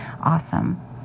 Awesome